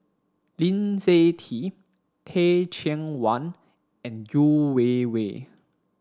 Lee Seng Tee Teh Cheang Wan and Yeo Wei Wei